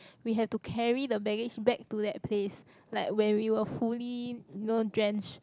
we have to carry the baggage back to that place like where we were fully you know drenched